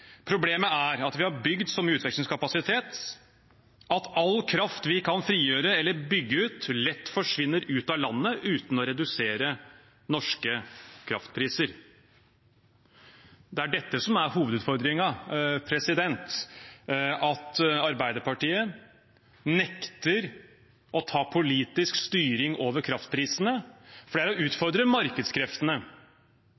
problemet er at vi har bygd så mye utvekslingskapasitet at all kraft vi kan frigjøre eller bygge ut, lett forsvinner ut av landet uten å redusere norske kraftpriser. Det er dette som er hovedutfordringen: at Arbeiderpartiet nekter å ta politisk styring over kraftprisene,